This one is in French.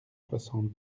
soixante